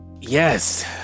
yes